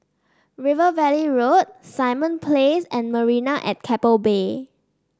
River Valley Road Simon Place and Marina at Keppel Bay